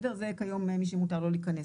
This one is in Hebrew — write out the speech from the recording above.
אלו כיום מי שמותר להם להיכנס.